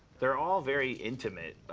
they're all very intimate.